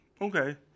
Okay